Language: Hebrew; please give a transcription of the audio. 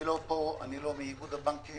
אני לא מאיגוד הבנקים,